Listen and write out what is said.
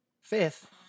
fifth